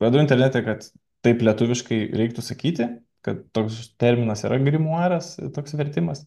radau internete kad taip lietuviškai reiktų sakyti kad toks terminas yra grimuoras toks vertimas